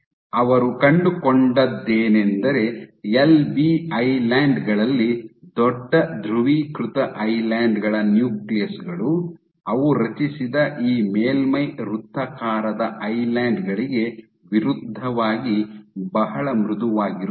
ಅವರು ಕಂಡುಕೊಂಡದ್ದೇನೆಂದರೆ L B island ಗಳಲ್ಲಿ ದೊಡ್ಡ ಧ್ರುವೀಕೃತ ಐಲ್ಯಾನ್ಡ್ ಗಳ ನ್ಯೂಕ್ಲಿಯಸ್ಗಳು ಅವು ರಚಿಸಿದ ಈ ಮೇಲ್ಮೈ ವೃತ್ತಾಕಾರದ ಐಲ್ಯಾನ್ಡ್ ಗಳಿಗೆ ವಿರುದ್ಧವಾಗಿ ಬಹಳ ಮೃದುವಾಗಿರುತ್ತದೆ